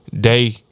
Day